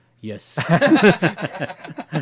Yes